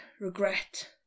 regret